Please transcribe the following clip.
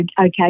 okay